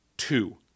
Two